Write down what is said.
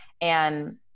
And-